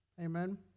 Amen